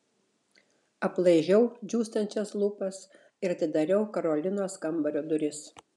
aplaižiau džiūstančias lūpas ir atidariau karolinos kambario duris